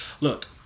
Look